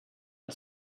and